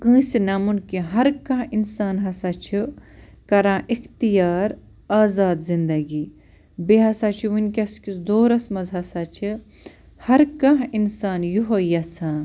کٲنٛسہِ نٮ۪مُن کیٚنٛہہ ہر کانٛہہ اِنسان ہسا چھُ کَران اِختیار آزاد زِنٛدگی بیٚیہِ ہسا چھُ وُنکٮ۪س کِس دورَس منٛز ہسا چھِ ہر کانٛہہ اِنسان یِہَے یَژھان